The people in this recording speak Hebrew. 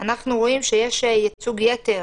אנחנו רואים שיש ייצוג יתר